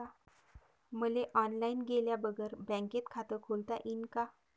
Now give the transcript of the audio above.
मले ऑनलाईन गेल्या बगर बँकेत खात खोलता येईन का?